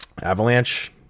Avalanche